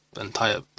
entire